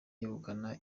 yegukana